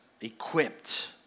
Equipped